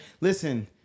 Listen